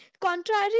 Contrary